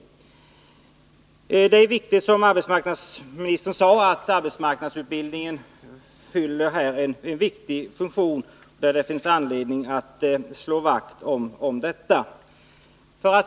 Som arbetsmarknadsministern sade har arbetsmarknadsutbildningen här en viktig funktion, som det finns anledning att slå vakt om.